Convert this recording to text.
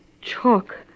chalk